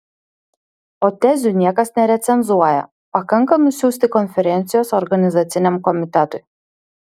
o tezių niekas nerecenzuoja pakanka nusiųsti konferencijos organizaciniam komitetui